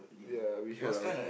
ya we had our